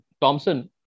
Thompson